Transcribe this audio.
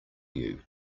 you